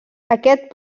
aquest